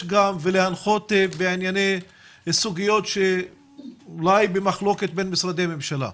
ולהנחות בענייני סוגיות במחלוקת בין משרדי ממשלה.